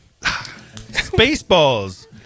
Spaceballs